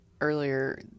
earlier